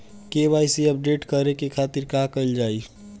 KYC update करे के खातिर का कइल जाइ?